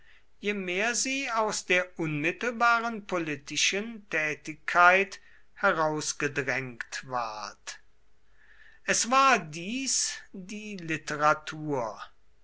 je mehr sie aus der unmittelbaren politischen tätigkeit herausgedrängt ward es war dies die literatur